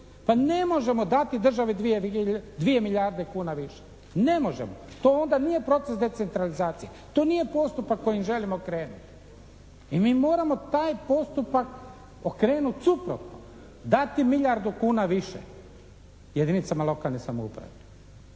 Pa ne možemo dati državi 2 milijarde kuna više, ne možemo. To onda nije proces decentralizacije, to nije postupak kojim želimo krenuti. I mi moramo taj postupak okrenuti suprotno, dati milijardu kuna više jedinicama lokalne samouprave.